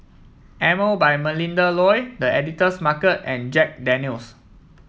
Emel by Melinda Looi The Editor's Market and Jack Daniel's